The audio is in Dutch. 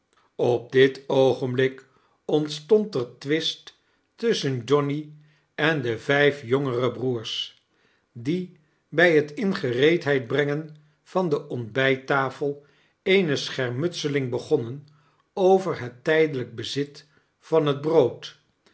op dit oogenblik ontstond er twist tusschen johnny en de vijf jongere broers die bij het in gereedheid brengen van de ontbijttafel eene schermutseling begonnen over het tijdelijk bezi't van het brood